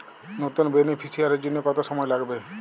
নতুন বেনিফিসিয়ারি জন্য কত সময় লাগবে?